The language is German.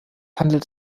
handelt